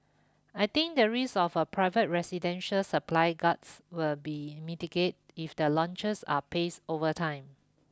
I think the risk of a private residential supply guts will be mitigate if the launches are paced over time